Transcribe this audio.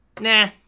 nah